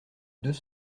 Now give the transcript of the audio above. deux